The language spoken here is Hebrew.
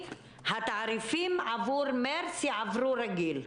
התעריפים עבור מרץ יעברו רגיל.